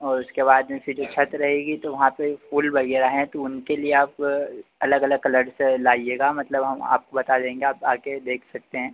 और उसके बाद में इसकी जो छत रहेगी तो वहाँ पर फूल वग़ैरह हैं तो उनके लिए आप अलग अलग कलर से लाइएगा मतलब हम आपको बता देंगे आप आकर देख सकते हैं